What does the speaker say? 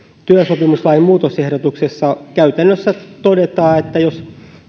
työsopimuslain muutosehdotuksessa käytännössä todetaan jos